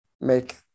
make